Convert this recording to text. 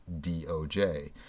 DOJ